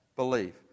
believe